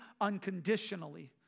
unconditionally